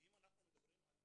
ואם אנחנו מדברים על